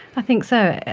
i think so.